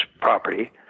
property